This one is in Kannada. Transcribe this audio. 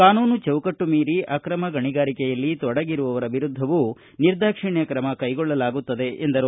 ಕಾನೂನು ಚೌಕಟ್ಲು ಮೀರಿ ಆಕ್ರಮ ಗಣಿಗಾರಿಕೆಯಲ್ಲಿ ತೊಡಗಿರುವವರ ವಿರುದ್ದವೂ ನಿರ್ದಾಕ್ಷಿಣ್ಯ ತ್ರಮ ಕೈಗೊಳ್ಳಲಾಗುತ್ತದೆ ಎಂದರು